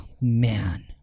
man